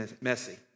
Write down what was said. messy